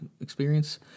experience